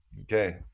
Okay